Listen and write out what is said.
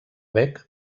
bec